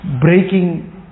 breaking